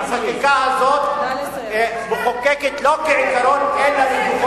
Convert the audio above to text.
"חיזבאללה" נתן לו שתי פנסיות וגם פיצויים.